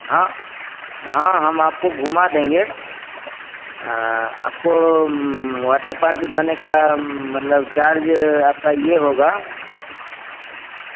हाँ हाँ हम आपको घूमा देंगे आपको वाटर पार्क जाने का मतलब चार्ज आपका यह होगा